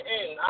end